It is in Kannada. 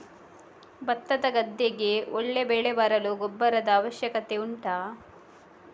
ಭತ್ತದ ಗದ್ದೆಗೆ ಒಳ್ಳೆ ಬೆಳೆ ಬರಲು ಗೊಬ್ಬರದ ಅವಶ್ಯಕತೆ ಉಂಟಾ